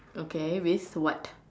okay with what